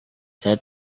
saya